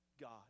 God